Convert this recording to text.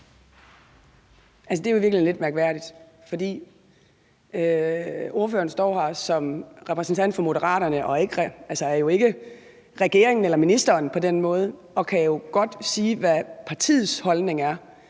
jo i virkeligheden lidt mærkværdigt. Ordføreren står her som repræsentant for Moderaterne og er jo ikke regeringen eller ministeren på den måde og kan jo godt sige, hvad partiets holdning er.